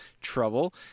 trouble